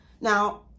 now